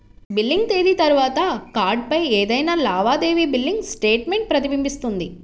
billing తేదీ తర్వాత కార్డ్పై ఏదైనా లావాదేవీ బిల్లింగ్ స్టేట్మెంట్ ప్రతిబింబిస్తుంది